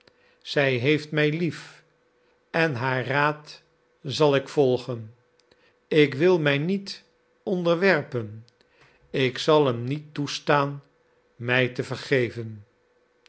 zij heeft mij lief en haar raad zal ik volgen ik wil mij niet onderwerpen ik zal hem niet toestaan mij te vergeven